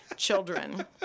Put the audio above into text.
Children